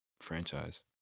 franchise